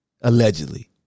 Allegedly